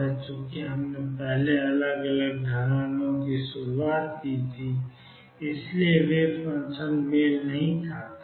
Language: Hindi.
चूंकि हमने पहले अलग अलग ढलानों से शुरुआत की थी इसलिए वेव फंक्शन मेल नहीं खाता था